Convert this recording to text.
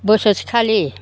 बोसोरसेखालि